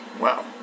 Wow